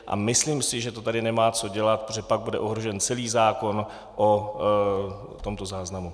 A myslím si, že to tady nemá co dělat, protože pak bude ohrožen celý zákon o tomto záznamu.